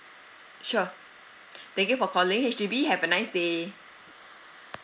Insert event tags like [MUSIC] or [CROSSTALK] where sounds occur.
sure [BREATH] thank you for calling H_D_B have a nice day